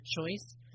choice